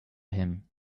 him